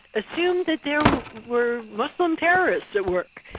assumed that there were muslim terrorists at work.